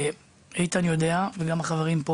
איתן יודע, וגם החברים פה